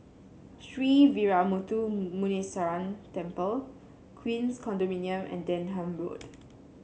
Sree Veeramuthu Muneeswaran Temple Queens Condominium and Denham Road